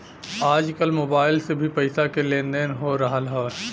आजकल मोबाइल से भी पईसा के लेन देन हो रहल हवे